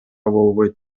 болбойт